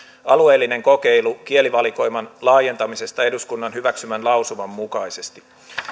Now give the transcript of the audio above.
alueellinen kokeilu kielivalikoiman laajentamisesta eduskunnan hyväksymän lausuman mukaisesti